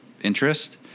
interest